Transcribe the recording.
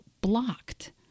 blocked